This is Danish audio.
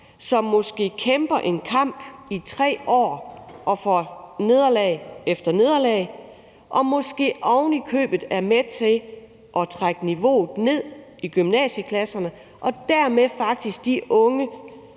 som måske kæmper en kamp i 3 år og får nederlag efter nederlag og måske ovenikøbet er med til at trække niveauet ned i gymnasieklasserne, så også de unge,